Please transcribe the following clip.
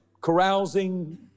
carousing